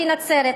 שהיא נצרת.